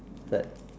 set